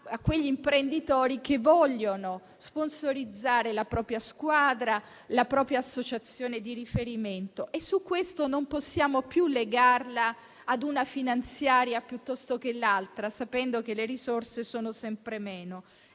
e quegli imprenditori che vogliono sponsorizzare la propria squadra, la propria associazione di riferimento. Questo non possiamo più legarlo a una finanziaria o all'altra, sapendo che le risorse sono sempre meno